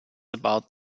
about